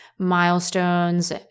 Milestones